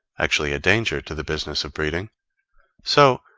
actually a danger to the business of breeding so,